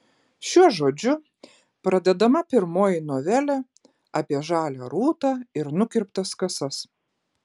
šiuo žodžiu pradedama pirmoji novelė apie žalią rūtą ir nukirptas kasas